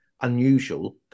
unusual